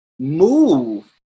move